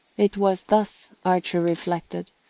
it was thus, archer reflected,